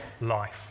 life